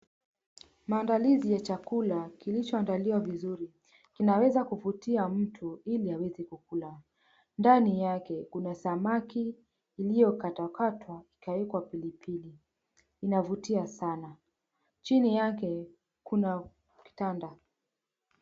Maandalizi ya chakula kilichoandaliwa vizuri. Kinaweza kuvutia mtu ili aweze kukula. Ndani yake kuna samaki iliyokatwakatwa ikawekwa pilipili, inavutia sana. Chini yake kuna kitanda.